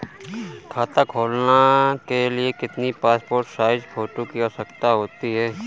खाता खोलना के लिए कितनी पासपोर्ट साइज फोटो की आवश्यकता होती है?